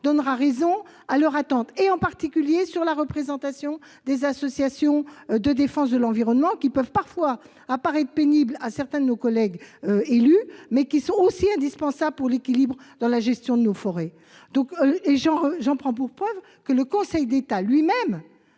forcément raison à leurs attentes. Je pense en particulier à la représentation des associations de défense de l'environnement, qui peuvent parfois paraître pénibles à certains de nos collègues élus, mais qui sont indispensables à l'équilibre de la gestion de nos forêts. Pour preuve, le Conseil d'État lui-même